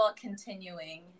continuing